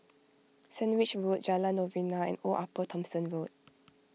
Sandwich Road Jalan Novena and Old Upper Thomson Road